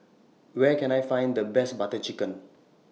Where Can I Find The Best Butter Chicken